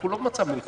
אנחנו לא במצב מלחמה.